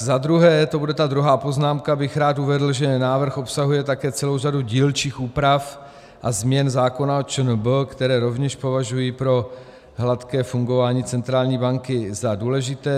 Za druhé, to bude ta druhá poznámka, bych rád uvedl, že návrh obsahuje také celou řadu dílčích úprav a změn zákona o ČNB, které rovněž považuji pro hladké fungování centrální banky za důležité.